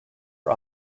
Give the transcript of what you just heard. are